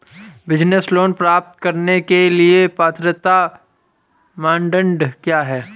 Business loan प्राप्त करने के लिए पात्रता मानदंड क्या हैं?